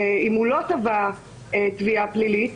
אם הוא לא תבע תביעה פלילית,